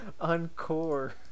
Encore